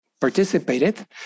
participated